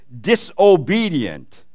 disobedient